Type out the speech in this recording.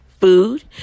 food